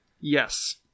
Yes